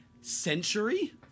century